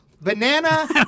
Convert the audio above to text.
Banana